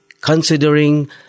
considering